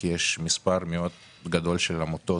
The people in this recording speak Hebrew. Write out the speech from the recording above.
כי יש מספר גדול מאוד של עמותות,